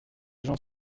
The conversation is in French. gens